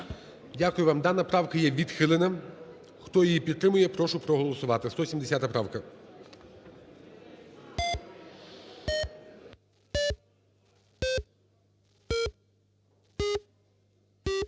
Дякую вам. Дана правка є відхилена. Хто її підтримує, прошу проголосувати. 170 правка.